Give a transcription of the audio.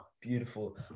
beautiful